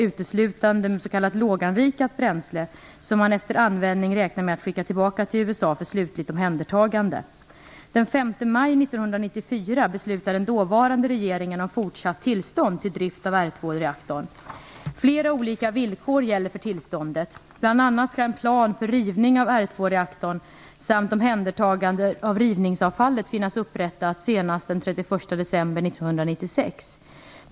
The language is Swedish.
uteslutande med s.k. låganrikat bränsle, som man efter användning räknar med att skicka tillbaka till USA för slutligt omhändertagande. Flera olika villkor gäller för tillståndet. Bl.a. skall en plan för rivning av R2-reaktorn samt omhändertagande av rivningsavfallet finnas upprättat senast den 31 december 1996.